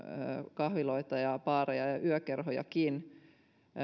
kahviloita ja baareja ja yökerhojakin